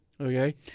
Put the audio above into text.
okay